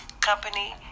company